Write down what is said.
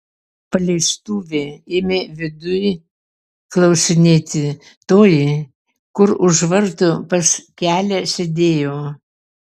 paleistuvė ėmė viduj klausinėti toji kur už vartų pas kelią sėdėjo